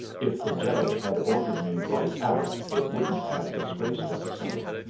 if the judge had ordered me right out it wouldn't have disgraced us so,